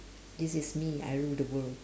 this is me I rule the world